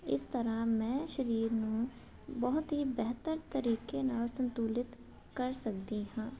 ਇਸ ਤਰ੍ਹਾਂ ਮੈਂ ਸਰੀਰ ਨੂੰ ਬਹੁਤ ਹੀ ਬਿਹਤਰ ਤਰੀਕੇ ਨਾਲ ਸੰਤੁਲਿਤ ਕਰ ਸਕਦੀ ਹਾਂ